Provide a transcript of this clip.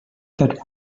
that